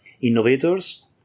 innovators